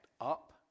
Up